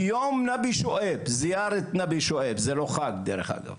ביום זיארת נאבי שועייב, זה לא חג, דרך אגב,